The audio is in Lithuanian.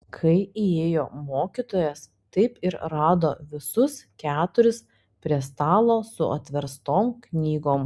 kai įėjo mokytojas taip ir rado visus keturis prie stalo su atverstom knygom